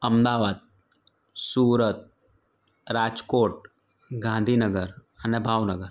અમદાવાદ સુરત રાજકોટ ગાંધીનગર અને ભાવનગર